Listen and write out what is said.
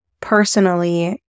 personally